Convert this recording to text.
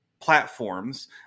platforms